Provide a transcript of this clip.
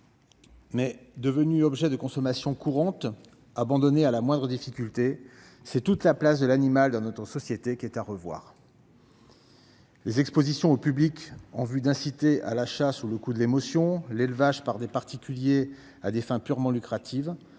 est devenu un objet de consommation courante, abandonné à la moindre difficulté. Dès lors, c'est toute sa place dans notre société qu'il faut revoir. Les expositions au public pour inciter à l'achat sous le coup de l'émotion, l'élevage par des particuliers à des fins purement lucratives,